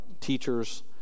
teachers